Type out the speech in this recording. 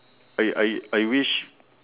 I I I wish